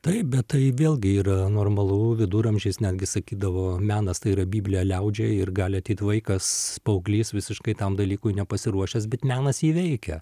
taip bet tai vėlgi yra normalu viduramžiais netgi sakydavo menas tai yra biblija liaudžiai ir gali ateit vaikas paauglys visiškai tam dalykui nepasiruošęs bet menas jį veikia